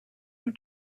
you